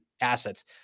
assets